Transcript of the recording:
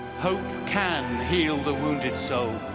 hope can heal the wounded soul,